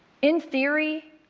in theory,